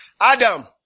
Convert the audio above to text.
Adam